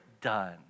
done